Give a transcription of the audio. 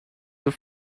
then